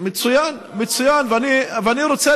אני שמח.